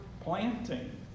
planting